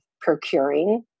procuring